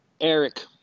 Eric